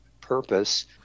purpose